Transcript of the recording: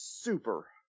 super